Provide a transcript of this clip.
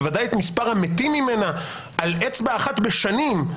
ובוודאי את מספר המתים ממנה על אצבע אחת בשנים,